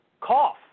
cough